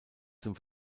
zum